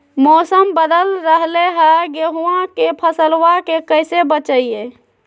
मौसम बदल रहलै है गेहूँआ के फसलबा के कैसे बचैये?